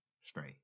straight